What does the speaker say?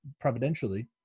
providentially